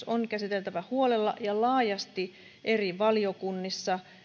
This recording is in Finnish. on käsiteltävä huolella ja laajasti eri valiokunnissa